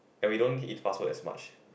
and we don't eat fast food as much